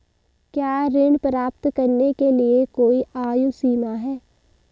क्या ऋण प्राप्त करने के लिए कोई आयु सीमा है?